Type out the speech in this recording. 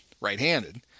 right-handed